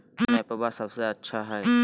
कौन एप्पबा सबसे अच्छा हय?